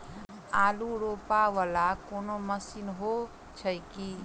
आलु रोपा वला कोनो मशीन हो छैय की?